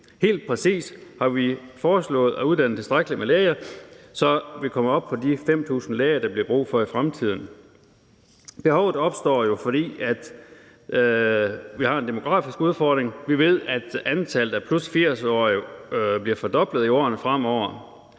Helt præcist har vi foreslået at uddanne tilstrækkeligt med læger, så vi kommer op på de 5.000 læger, der bliver brug for i fremtiden. Behovet opstår jo, fordi vi har en demografisk udfordring. Vi ved, at antallet af 80+-årige bliver fordoblet i årene fremover.